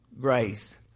grace